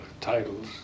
titles